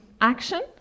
action